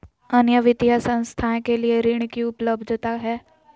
अन्य वित्तीय संस्थाएं के लिए ऋण की उपलब्धता है?